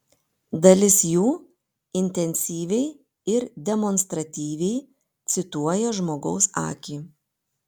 dalis jų intensyviai ir demonstratyviai cituoja žmogaus akį